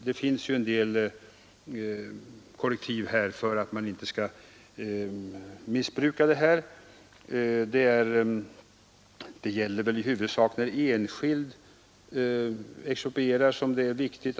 Det finns en del korrektiv mot missbruk här. Det är väl i huvudsak när enskild exproprierar som det är viktigt.